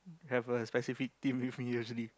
have a specific team with me usually